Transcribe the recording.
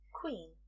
Queen